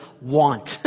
want